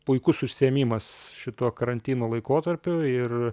puikus užsiėmimas šituo karantino laikotarpiu ir